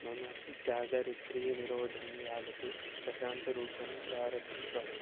मम जागरित्रीनिरोधं यावत् प्रशान्तरूपं प्रारभस्व